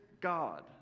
God